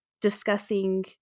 discussing